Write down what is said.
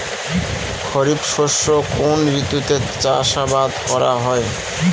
খরিফ শস্য কোন ঋতুতে চাষাবাদ করা হয়?